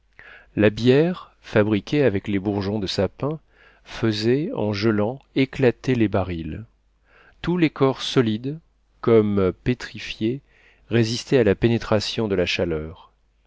la bière fabriquée avec les bourgeons de sapins faisait en gelant éclater les barils tous les corps solides comme pétrifiés résistaient à la pénétration de la chaleur